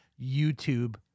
YouTube